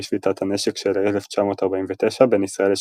שביתת הנשק של 1949 בין ישראל לשכנותיה.